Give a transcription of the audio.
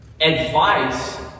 advice